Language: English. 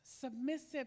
Submissive